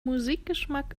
musikgeschmack